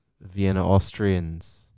Vienna-Austrians